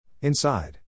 Inside